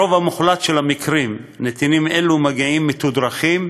ברוב המוחלט של המקרים נתינים אלה מגיעים מתודרכים,